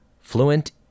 fluent